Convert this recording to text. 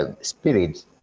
spirit